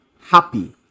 happy